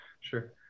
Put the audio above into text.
sure